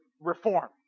reform